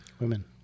women